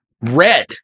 Red